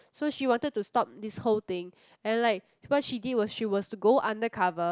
so she wanted to stop this whole thing and like what she did was she was to go undercover